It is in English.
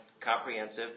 comprehensive